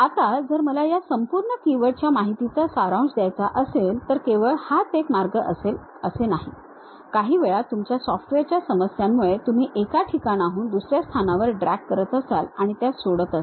आता जर मला या संपूर्ण कीवर्ड च्या माहितीचा सारांश द्यायचा असेल तर केवळ हाच एक मार्ग असेल असे नाही काहीवेळा तुमच्या सॉफ्टवेअरच्या समस्यांमुळे तुम्ही एका ठिकाणाहून दुसऱ्या स्थानावर ड्रॅग करत असाल आणि त्यास सोडत असाल